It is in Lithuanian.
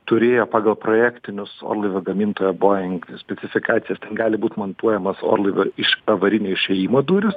turėjo pagal projektinius orlaivių gamintoja bojing specifikacijas ten gali būt montuojamas orlaivių iš avarinio išėjimo durys